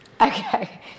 Okay